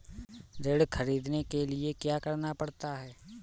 ऋण ख़रीदने के लिए क्या करना पड़ता है?